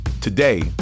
Today